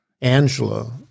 Angela